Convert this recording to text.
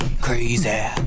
Crazy